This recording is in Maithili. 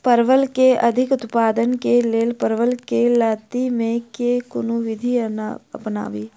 परवल केँ अधिक उत्पादन केँ लेल परवल केँ लती मे केँ कुन विधि अपनाबी?